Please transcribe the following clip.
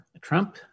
Trump